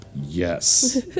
Yes